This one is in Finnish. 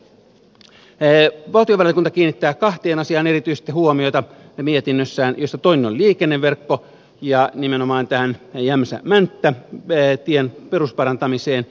valtiovarainvaliokunta kiinnittää mietinnössään erityisesti huomiota kahteen asiaan joista toinen on liikenneverkko ja nimenomaan tämän jämsämänttä tien perusparantaminen